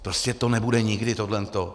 Prostě to nebude nikdy tohle to.